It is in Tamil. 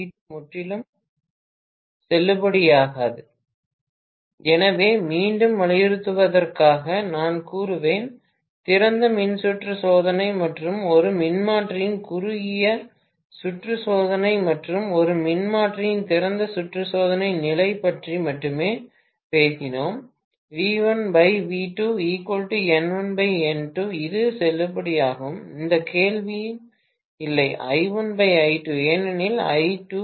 பேராசிரியர் மாணவர் உரையாடல் முடிகிறது எனவே மீண்டும் வலியுறுத்துவதற்காக நான் கூறுவேன் திறந்த மின்சுற்று சோதனை மற்றும் ஒரு மின்மாற்றியின் குறுகிய சுற்று சோதனை மற்றும் ஒரு மின்மாற்றியின் திறந்த சுற்று சோதனை நிலை பற்றி மட்டுமே பேசினோம் இது செல்லுபடியாகும் எந்த கேள்வியும் இல்லை ஏனெனில் I20